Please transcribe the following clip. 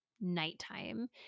nighttime